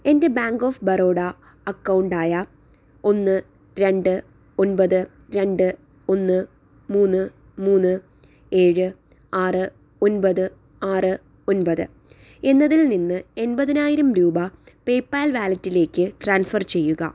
എൻ്റെ bank of Baroda account ആയ ഒന്ന് രണ്ട് ഒൻപത് രണ്ട് ഒന്ന് മൂന്ന് മൂന്ന് ഏഴ് ആറ് ഒൻപത് ആറ് ഒൻപത് എന്നതിൽനിന്ന് എമ്പതിനായിരം രൂപ പേയ്പാൽ വാലറ്റിലേക്ക് ട്രാൻസ്ഫർ ചെയ്യുക